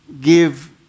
give